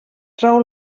trau